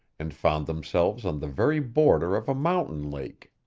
and found themselves on the very border of a mountain lake,